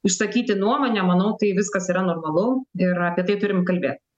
išsakyti nuomonę manau tai viskas yra normalu ir apie tai turim kalbėt